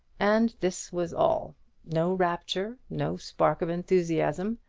and this was all no rapture, no spark of enthusiasm.